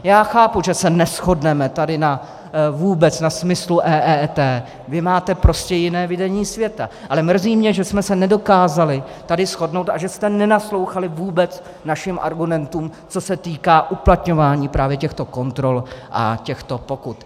Já chápu, že se neshodneme tady vůbec na smyslu EET, vy máte prostě jiné vidění světa, ale mrzí mě, že jsme se nedokázali tady shodnout a že jste nenaslouchali vůbec našim argumentům, co se týká uplatňování právě těchto kontrol a těchto pokut.